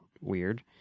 weird